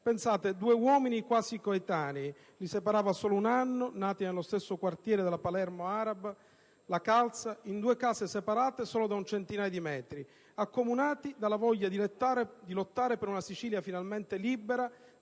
Pensate, due uomini quasi coetanei, separati solo da un anno, nati nello stesso quartiere della Palermo araba, la Kalsa, in due case separate solo da un centinaio di metri, accomunati dalla voglia di lottare per una Sicilia finalmente libera